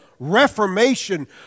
reformation